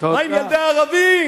מה עם ילדי הערבים?